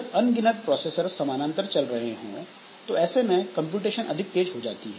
जब अनगिनत प्रोसेस समानांतर चल रही हो तो ऐसे में कंप्यूटेशन अधिक तेज हो जाती है